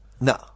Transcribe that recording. No